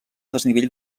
desnivell